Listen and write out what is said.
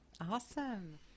Awesome